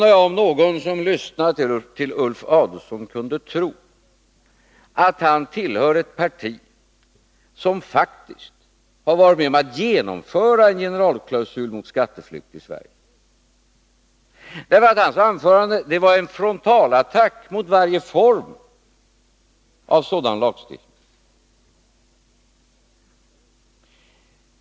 Jag undrar om någon som lyssnade på Ulf Adelsohn kunde tro att han tillhör ett parti som faktiskt har varit med om att genomföra en generalklausul mot skatteflykt här i Sverige. Hans anförande var en frontalattack mot varje form av sådan lagstiftning.